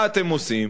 מה אתם עושים?